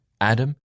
Adam